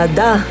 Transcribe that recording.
da